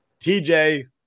TJ